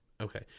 Okay